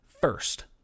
first